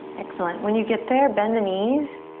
excellent. when you get there, bend the knees.